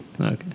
Okay